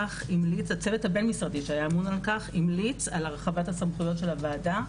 הצוות הבין-משרדי שהיה אמון על כך המליץ על הרחבת הסמכויות של הוועדה,